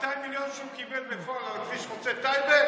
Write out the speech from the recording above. ה-200 מיליון שהוא קיבל בפועל על כביש חוצה טייבה,